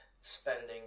spending